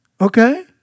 Okay